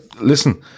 Listen